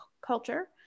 culture